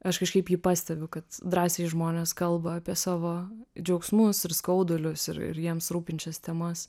aš kažkaip jį pastebiu kad drąsiai žmonės kalba apie savo džiaugsmus ir skaudulius ir ir jiems rūpinčias temas